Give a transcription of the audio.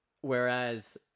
Whereas